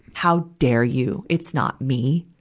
how dare you! it's not me!